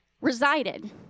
resided